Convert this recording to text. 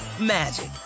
magic